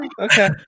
Okay